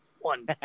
one